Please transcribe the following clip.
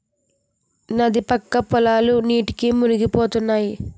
నది పక్క పొలాలు నీటికి మునిగిపోనాయి